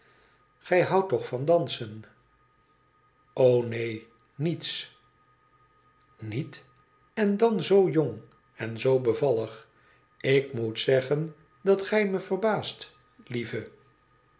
gij houdt toch van dansen o neen niets niet n dat zoo jong en zoo bevallig ik moet zeggen dat gij mij verbaast lieve